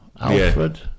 alfred